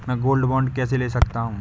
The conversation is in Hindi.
मैं गोल्ड बॉन्ड कैसे ले सकता हूँ?